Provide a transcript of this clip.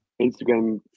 Instagram